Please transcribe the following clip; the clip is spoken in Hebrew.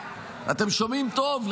אתם שומעים טוב,